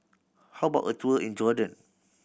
how about a tour in Jordan